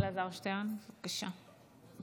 שטרן, בבקשה.